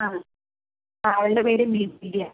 ആ അവളുടെ പേര് മിഥില